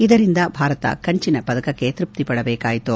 ಇದರಿಂದ ಭಾರತ ಕಂಚಿನ ಪದಕ್ಕಕ್ಕೆ ತೃಪ್ತಿಪಡಬೇಕಾಯಿತು